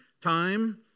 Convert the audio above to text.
time